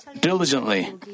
diligently